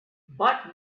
but